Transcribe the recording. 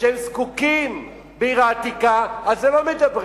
שהם זקוקים להן בעיר העתיקה, על זה לא מדברים.